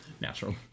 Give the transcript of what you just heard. Natural